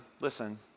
listen